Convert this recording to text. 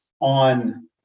on